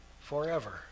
forever